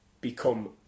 become